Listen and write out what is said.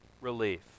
relief